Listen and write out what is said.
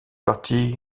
parti